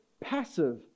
passive